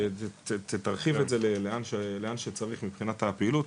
ותרחיב את זה לאן שצריך מבחינת הפעילות,